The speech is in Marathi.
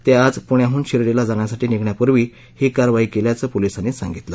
त्या आज पुण्याहून शिर्डीला जाण्यासाठी निघण्यापूर्वी ही कारवाई केल्याचं पोलिसांनी सांगितलं